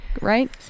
right